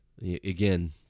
Again